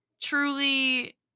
truly